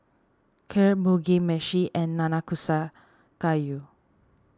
Kheer Mugi Meshi and Nanakusa Gayu